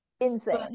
insane